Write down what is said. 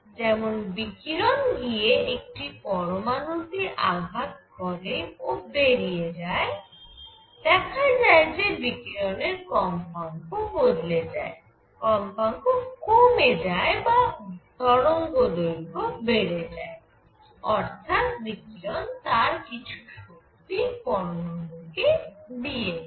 যেমন বিকিরণ গিয়ে একটি পরমাণু তে আঘাত করে ও বেরিয়ে যায় দেখা যায় যে বিকিরণের কম্পাঙ্ক বদলে যায় কম্পাঙ্ক কমে যায় বা তরঙ্গদৈর্ঘ্য বেড়ে যায় অর্থাৎ বিকিরণ তার কিছু শক্তি পরমাণুকে দিয়ে দেয়